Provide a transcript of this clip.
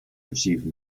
received